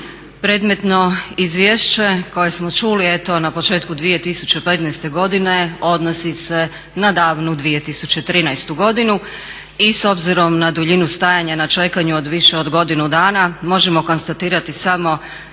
Predmetno izvješće koje smo čuli, eto na početku 2015. godine odnosi se na davnu 2013. godinu i s obzirom na duljinu stajanja na čekanju od više od godinu dana možemo konstatirati samo